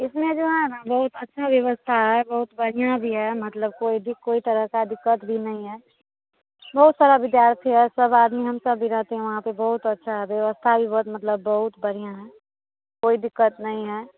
इसमें जो है न बहुत अच्छी भी व्यवस्था है बहुत बढ़िया भी है मतलब कोई भी कोई तरह का दिक्कत भी नहीं है बहुत सारे विद्यार्थी है सब आदमी हम सब भी रहते हैं वहाँ पर बहुत अच्छी व्यवस्था भी बहुत मतलब बहुत बढ़िया है कोई दिक्कत नहीं है